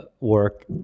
work